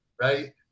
right